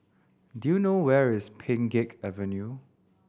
do you know where is Pheng Geck Avenue